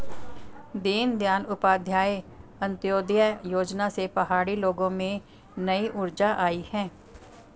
दीनदयाल उपाध्याय अंत्योदय योजना से पहाड़ी लोगों में नई ऊर्जा आई है